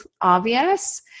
obvious